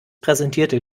präsentierte